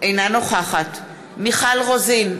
אינה נוכחת מיכל רוזין,